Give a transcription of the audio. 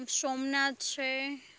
સોમનાથ છે